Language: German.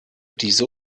diese